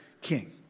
king